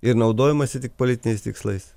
ir naudojamasi tik politiniais tikslais